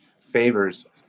favors